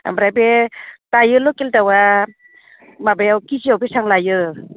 ओमफ्राय बे दायो लकेल दाउआ माबायाव केजियाव बेसेबां लायो